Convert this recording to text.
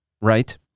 right